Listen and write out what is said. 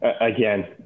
again